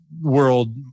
world